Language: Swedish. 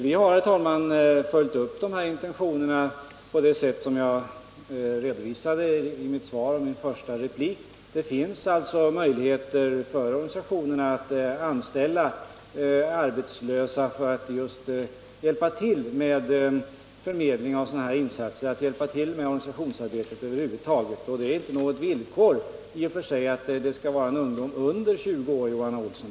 Vi har, herr talman, följt upp de här intentionerna på det sätt som jag redovisade i mitt svar och i min första replik. Det finns alltså möjligheter för organisationerna att anställa arbetslösa för att just hjälpa till med förmedling av sådana här insatser och för att hjälpa till med organisationsarbete över huvud taget. Det är inte något villkor i och för sig att det skall vara ungdom under 20 år, Johan Olsson.